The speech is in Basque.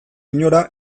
inora